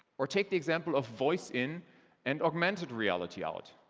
or take the example of voice in and augmented reality out.